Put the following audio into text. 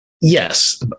Yes